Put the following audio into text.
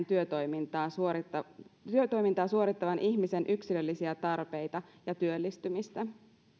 työtoimintaa suorittavan työtoimintaa suorittavan ihmisen yksilöllisiä tarpeita ja työllistymistä